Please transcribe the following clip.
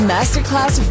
Masterclass